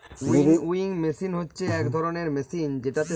বিভিল্য এগ্রিকালচারাল বা কৃষি কাজ কোঅপারেটিভ থেক্যে চাষীদের ক্রেডিট পায়া যায়